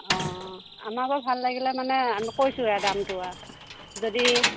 অ আমাৰ পৰা ভাল লাগিলে মানে কৈছোঁৱে আৰু দামতো আৰু যদি